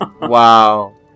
Wow